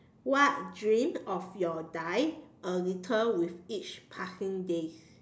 what dream of your dies a little with each passing day